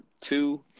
two